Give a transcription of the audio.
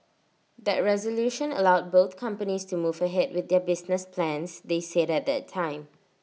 that resolution allowed both companies to move ahead with their business plans they said at the time